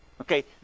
Okay